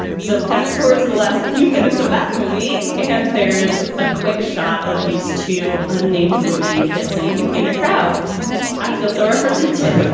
so fast forward to the last few minutes of that movie. and there's a quick shot of these two unnamed women kissing in a crowd i feel so represented